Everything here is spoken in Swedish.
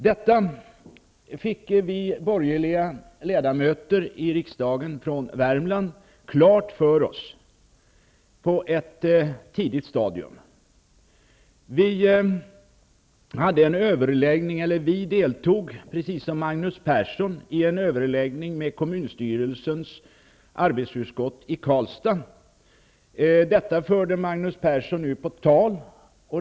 Detta fick vi borgerliga ledamöter i riksdagen från Värmland klart för oss på ett tidigt stadium. Vi deltog, precis som Magnus Persson, i en överläggning med kommunstyrelsens arbetsutskott i Karlstad. Detta förde Magnus Persson nu på tal.